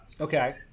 Okay